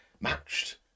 matched